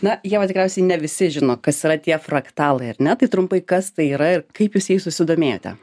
na ieva tikriausiai ne visi žino kas yra tie fraktalai ar ne tai trumpai kas tai yra ir kaip jūs jais susidomėjote